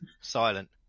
silent